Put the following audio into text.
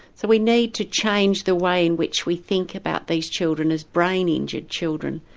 so we need to change the way in which we think about these children as brain injured children.